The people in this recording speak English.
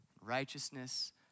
righteousness